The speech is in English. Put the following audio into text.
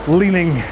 leaning